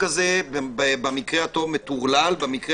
עושה זה שהוא מעביר את הריבונות לממשלה.